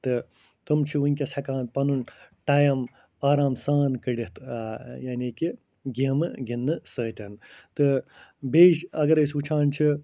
تہٕ تِم چھِ وٕنۍکٮ۪س ہٮ۪کان پَنُن ٹایم آرام سان کٔڑِتھ یعنی کہِ گیمہٕ گِنٛدنہٕ سۭتۍ تہٕ بیٚیہِ اَگر أسۍ وٕچھان چھِ